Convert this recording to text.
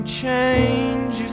change